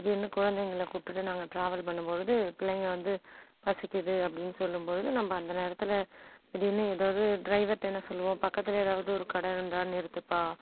திடீர்னு குழந்தைங்களை கூப்பிடுட்டு நாங்கள் ட்ராவல் பண்ணும்பொழுது பிள்ளைங்க வந்து பசிக்குது அப்படின்னு சொல்லும்பொழுது நம்ப அந்த நேரத்தில் திடீர்ன்னு எதாவது ட்ரைவர்கிட்ட என்ன சொல்லுவோம் பக்கத்தில் எதாவது ஒரு கடை இருந்தால் நிறுத்துப்பா